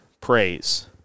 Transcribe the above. praise